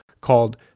called